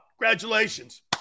Congratulations